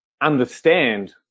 understand